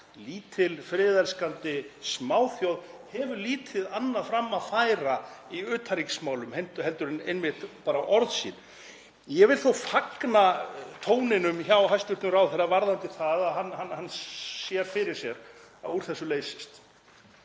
Lítil friðelskandi smáþjóð hefur lítið annað fram að færa í utanríkismálum heldur en einmitt bara orð sín. Ég vil þó fagna tóninum hjá hæstv. ráðherra varðandi það að hann sér fyrir sér að úr þessu leysist.